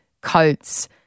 coats